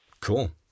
Cool